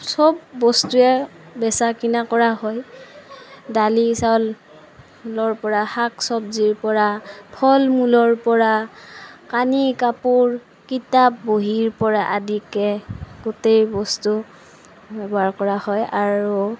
চব বস্তুয়েই বেচা কিনা কৰা হয় দালি চাউলৰ পৰা শাক চব্জিৰ পৰা ফল মূলৰ পৰা কানি কাপোৰ কিতাপ বহীৰ পৰা আদিকে গোটেই বস্তু ব্য়ৱহাৰ কৰা হয় আৰু